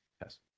Yes